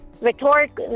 rhetoric